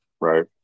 right